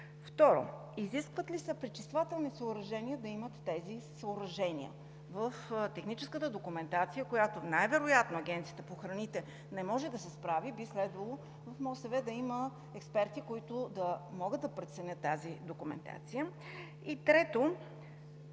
Второ, изискват ли се пречиствателни съоръжения да имат тези съоръжения? В техническата документация, с която най-вероятно Агенцията по храните не може да се справи, би следвало от Министерството на околната среда и водите да има експерти, които да могат да преценят тази документация. Трето,